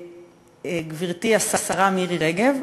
גברתי השרה מירי רגב,